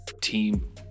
team